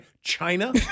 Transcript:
china